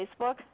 Facebook